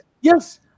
Yes